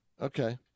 Okay